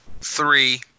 three